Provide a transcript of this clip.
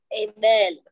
Amen